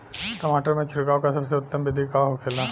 टमाटर में छिड़काव का सबसे उत्तम बिदी का होखेला?